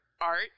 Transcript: art